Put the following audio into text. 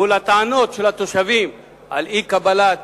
מול הטענות של התושבים על אי-קבלת